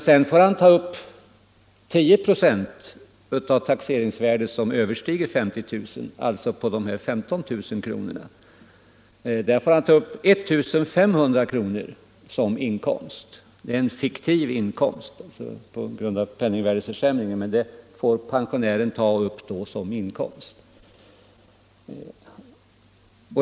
Sedan får han ta upp 10 96 av taxeringsvärdet över 50 000 kr., alltså på 15 000 kr., dvs. 1 500 kr. Det är visserligen en fiktiv inkomst på grund av penningvärdeförsämringen, men den får alltså denne pensionär ta upp som reell inkomst.